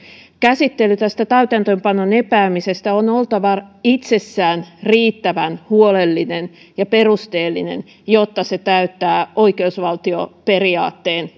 käsittelyn tästä täytäntöönpanon epäämisestä on oltava itsessään riittävän huolellinen ja perusteellinen jotta se täyttää oikeusvaltioperiaatteen